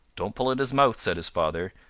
don't pull at his mouth, said his father,